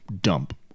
dump